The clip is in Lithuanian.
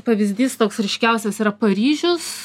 pavyzdys toks ryškiausias yra paryžius